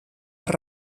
per